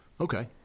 Okay